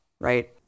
right